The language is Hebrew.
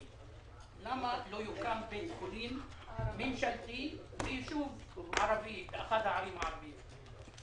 למה לא יוקם בית חולים ממשלתי ביישוב ערבי באחת הערים הערביות?